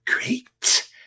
great